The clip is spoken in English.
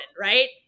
Right